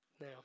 now